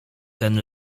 ten